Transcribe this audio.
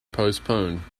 postponed